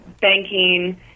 banking